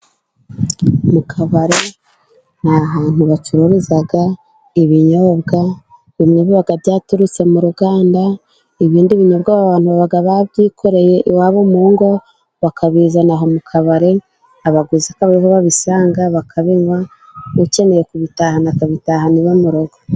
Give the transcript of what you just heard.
Mu kabari ni hantu bacuruza ibinyobwa; bimwe biba byaturutse mu ruganda, ibindi binyobwa abantu babyikoreye iwabo mu ngo, bakabizana aho mu kabari, abaguzi bakaba ari ho babisanga bakabinywa, ukeneye kubitahana, akabitahana iwe mu rugo.